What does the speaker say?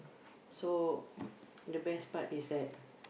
so the best part is that